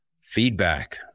Feedback